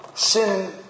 Sin